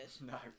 No